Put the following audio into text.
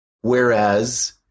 Whereas